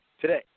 today